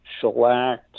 shellac